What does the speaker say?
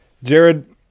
Jared